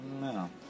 No